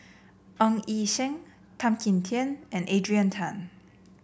Ng Yi Sheng Tan Kim Tian and Adrian Tan